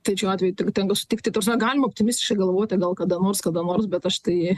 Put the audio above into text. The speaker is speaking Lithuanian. tai šiuo atveju tik tenka sutikti ta prasme galima optimistiškai galvoti gal kada nors kada nors bet aš tai